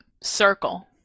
circle